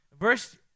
Verse